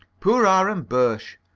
poor aaron birsch!